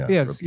Yes